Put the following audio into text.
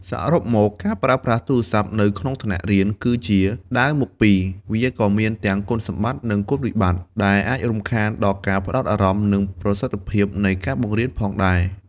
សរុបមក ការប្រើប្រាស់ទូរស័ព្ទនៅក្នុងថ្នាក់រៀនគឺជា ដាវមុខពីរ វាក៏មានទាំង គុណសម្បត្តិ និងគុណវិបត្តិ ដែលអាចរំខានដល់ការផ្តោតអារម្មណ៍ និងប្រសិទ្ធភាពនៃការបង្រៀនផងដែរ។